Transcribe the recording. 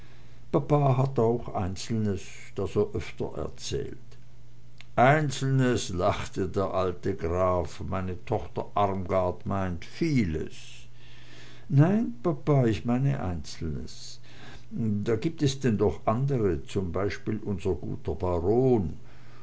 papa hat auch einzelnes das er öfter erzählt einzelnes lachte der graf meine tochter armgard meint vieles nein papa ich meine einzelnes da gibt es denn doch ganz andre zum beispiel unser guter baron